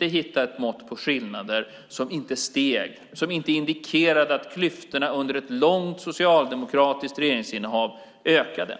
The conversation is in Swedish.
hitta ett mått på skillnader som inte indikerade att klyftorna under ett långt socialdemokratiskt regeringsinnehav ökade.